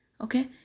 Okay